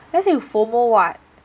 then I say you FOMO what